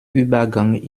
übergang